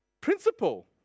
principle